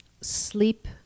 sleep